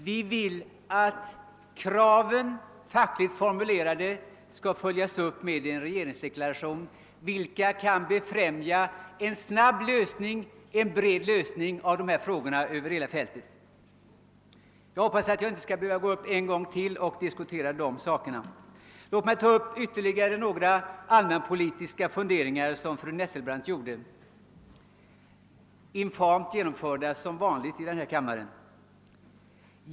Vi vill att de fackligt formulerade kraven skall följas upp med en regeringsdeklaration, som kan befrämja en snar lösning av dessa frågor över hela det breda fältet. Jag hoppas att jag inte skall behöva gå upp i talarstolen ännu en gång och påpeka dessa saker. Låt mig ta upp ytterligare några allmänpolitiska formuleringar som fru Nettelbrandt — infamt som vanligt — gjorde.